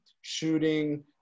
shooting